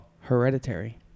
Hereditary